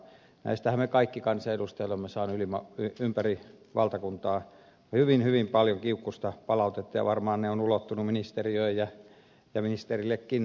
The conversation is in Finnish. näistähän me kaikki kansanedustajat olemme saaneet ympäri valtakuntaa hyvin hyvin paljon kiukkuista palautetta ja varmaan ne ovat ulottuneet ministeriöön ja ministerillekin saakka